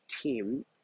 team